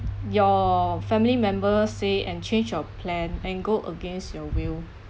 your family member say and change your plan and go against your will